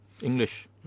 English